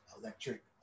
electric